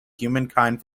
humankind